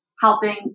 helping